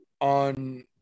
on